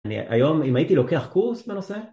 היום, אם הייתי לוקח קורס בנושא?